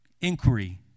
inquiry